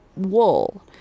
wool